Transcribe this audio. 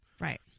Right